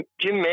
Jim